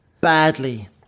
badly